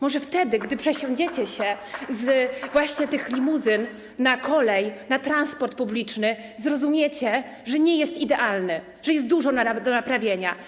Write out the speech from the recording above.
Może wtedy, gdy przesiądziecie się właśnie z tych limuzyn na kolej, na transport publiczny, zrozumiecie, że nie jest on idealny, że jest dużo do naprawienia.